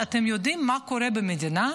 חבר הכנסת עטאונה?